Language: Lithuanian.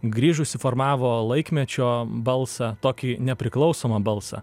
grįžusi formavo laikmečio balsą tokį nepriklausomą balsą